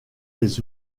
les